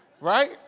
Right